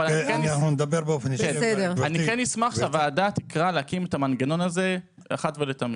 אבל אני אשמח שהוועדה תקרא להקים את המנגנון הזה אחת ולתמיד.